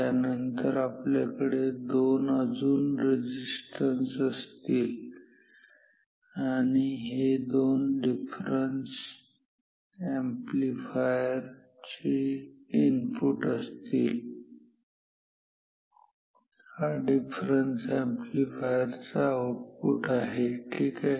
त्यानंतर आपल्याकडे दोन अजून रेजिस्टन्स असतील आणि हे दोन डिफरन्स अॅम्प्लीफायरचे इनपुट असतील आणि हा डिफरन्स अॅम्प्लीफायरचा आउटपुट आहे ठीक आहे